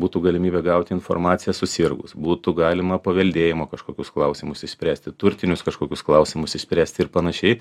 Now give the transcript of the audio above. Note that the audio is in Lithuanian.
būtų galimybė gauti informaciją susirgus būtų galima paveldėjimo kažkokius klausimus išspręsti turtinius kažkokius klausimus išspręsti ir panašiai